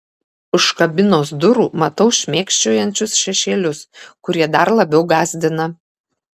už kabinos durų matau šmėkščiojančius šešėlius kurie dar labiau gąsdina